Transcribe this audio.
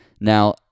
Now